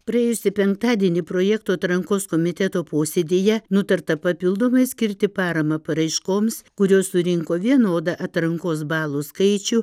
praėjusį penktadienį projektų atrankos komiteto posėdyje nutarta papildomai skirti paramą paraiškoms kurios surinko vienodą atrankos balų skaičių